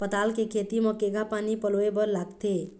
पताल के खेती म केघा पानी पलोए बर लागथे?